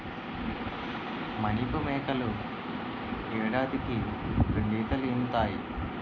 మానిపు మేకలు ఏడాదికి రెండీతలీనుతాయి